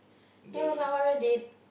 it was a horror date